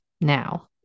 now